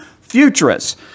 futurists